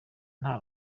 nta